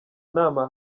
nama